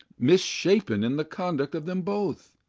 mis-shapen in the conduct of them both,